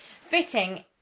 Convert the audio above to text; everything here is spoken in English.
Fitting